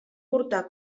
portar